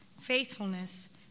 faithfulness